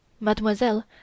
Mademoiselle